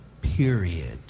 period